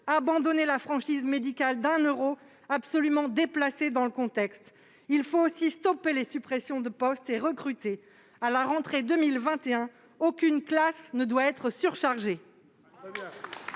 abandonnez la franchise médicale d'un euro, absolument déplacée dans le contexte. Il faut aussi stopper les suppressions de postes et recruter. À la rentrée 2021, aucune classe ne doit être surchargée.